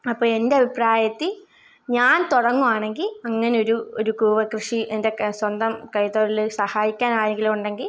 അപ്പം എൻ്റെ അഭിപ്രായത്തിൽ ഞാൻ തുടങ്ങു ആണെങ്കിൽ അങ്ങനെ ഒരു ഒരു കൂവ കൃഷി എൻ്റെ സ്വന്തം കൈ തൊഴിലിൽ സഹായിക്കാൻ ആരെങ്കിലുമുണ്ടെങ്കിൽ